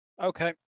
Okay